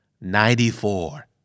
ninety-four